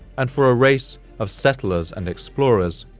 and for a race of settlers and explorers,